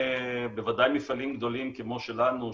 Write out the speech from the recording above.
בוודאי מפעלים גדולים כמו שלנו,